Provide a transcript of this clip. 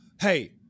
Hey